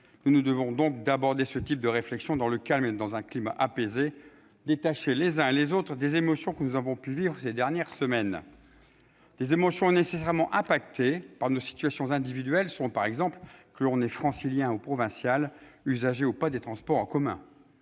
nous devons donc d'aborder ce type de réflexion dans le calme et dans un climat apaisé, détachés, les uns et les autres, des émotions que nous avons pu vivre ces dernières semaines ... Des émotions nécessairement affectées par nos situations individuelles, selon, par exemple, que l'on est francilien ou provincial, usager ou non des transports en commun.